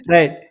Right